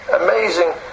amazing